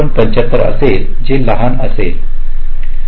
75 असेल जे हे लहान असेल